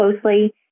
closely